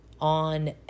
on